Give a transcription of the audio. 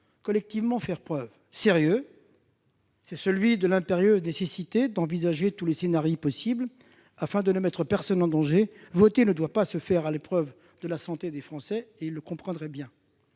collectivement faire preuve. Ce sérieux, c'est celui de l'impérieuse nécessité d'envisager tous les scénarios possibles, afin de ne mettre personne en danger : voter ne doit pas se faire aux dépens de la santé des Français- le scénario de